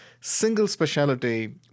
single-speciality